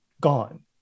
gone